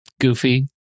Goofy